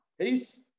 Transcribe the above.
peace